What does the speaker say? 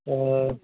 हँ